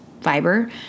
fiber